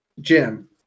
Jim